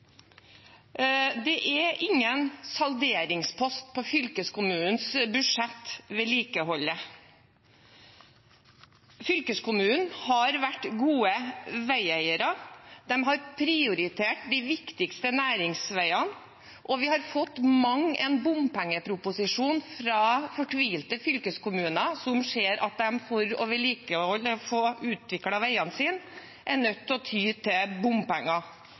er ingen salderingspost på fylkeskommunenes budsjett. Fylkeskommunene har vært gode veieiere, de har prioritert de viktigste næringsveiene, og vi har fått mang en «bompengeproposisjon» fra fortvilte fylkeskommuner som ser at de for å få vedlikeholdt og utviklet veiene sine er nødt til å ty til bompenger